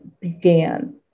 began